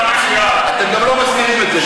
אתם גם לא מסתירים את זה.